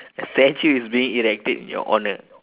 a statue is being erected in your honour